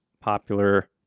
popular